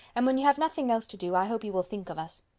and when you have nothing else to do, i hope you will think of us.